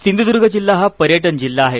सिंधुदर्ग जिल्हा हा पर्यटन जिल्हा आहे